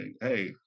hey